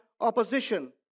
opposition